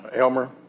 Elmer